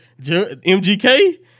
MGK